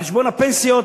על חשבון הפנסיות,